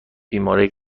بیماری